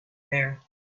there